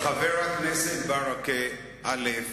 חבר הכנסת ברכה, א.